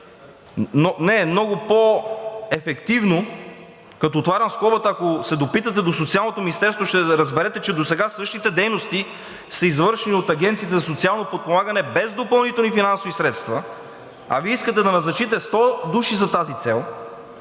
кажа, много по-ефективно, като отварям скобата. Ако се допитате до Социалното министерство, ще разберете, че досега същите дейности са извършени от Агенцията за социално подпомагане без допълнителни финансови средства, а Вие искате да назначите 100 души за тази цел,